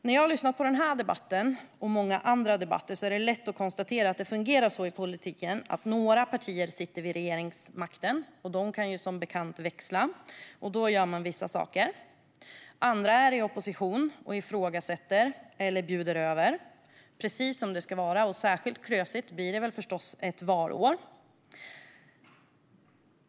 När jag lyssnar på den här och många andra debatter är det lätt att konstatera att det fungerar så i politiken att några partier sitter vid regeringsmakten, och de kan som bekant växla. Då gör man vissa saker. Andra är i opposition och ifrågasätter eller bjuder över, precis som det ska vara. Särskilt klösigt blir det väl förstås ett valår.